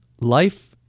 Life